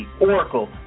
Oracle